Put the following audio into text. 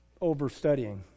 overstudying